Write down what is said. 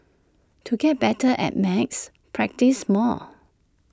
to get better at maths practise more